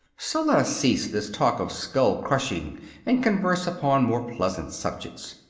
so let us cease this talk of skull crushing and converse upon more pleasant subjects.